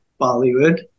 Bollywood